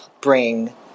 bring